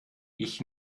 ich